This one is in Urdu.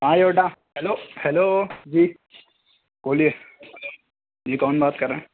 آیو بیٹا ہلو ہلو جی بولیئے جی کون بات کر رہے